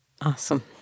Awesome